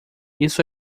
isso